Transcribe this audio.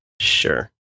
Sure